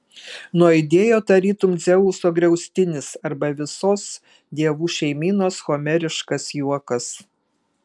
nuaidėjo tarytum dzeuso griaustinis arba visos dievų šeimynos homeriškas juokas